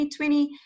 2020